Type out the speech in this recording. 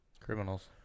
Criminals